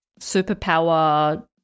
Superpower